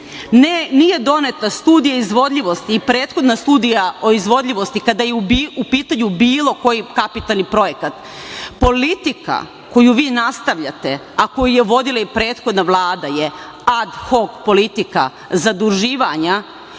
Nije doneta studija izvodljivosti i prethodna studija o izvodljivosti kada je u pitanju bilo koji kapitalni projekat. Politika koju vi nastavljate, a koju je vodila i prethodna Vlada je ad hok politika zaduživanja,